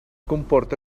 comporta